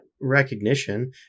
recognition